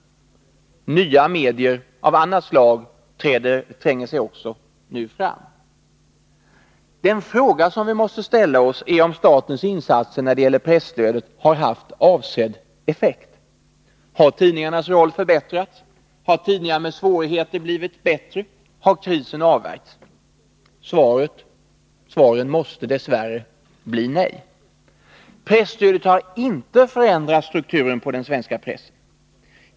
Nya medier av annat slag tränger sig nu också fram. Den fråga som vi måste ställa oss är om statens insatser när det gäller presstödet har haft avsedd effekt. Har tidningarnas roll förbättrats, har tidningar med svårigheter blivit bättre, har krisen avvärjts? Svaren måste dess värre bli nej. Presstödet har inte förändrat strukturen på den svenska pressen.